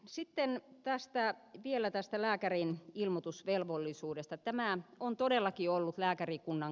sitten vielä tästä lääkärin ilmoitusvelvollisuudesta